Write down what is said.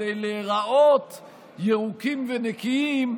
כדי להיראות ירוקים ונקיים,